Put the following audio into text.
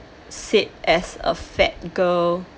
said as a fat girl